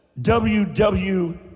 WW